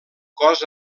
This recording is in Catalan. cos